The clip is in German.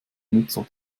nutzer